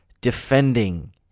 defending